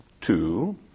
two